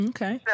Okay